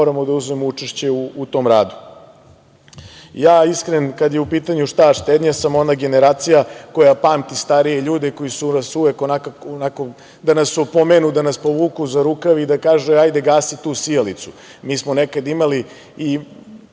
moramo da uzmemo učešće u tom radu. Iskreno, kada je u pitanju šta štednja, sam ona generacija koja pamti starije ljude koji su nas uvek onako da nas opomenu, da nas povuku za rukav i da kažu - e, hajde, gasi tu sijalicu. Mi smo nekad imali i